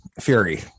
Fury